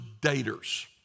daters